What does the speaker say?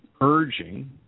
urging